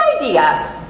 idea